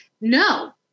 No